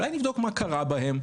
אולי נבדוק מה קרה בהם?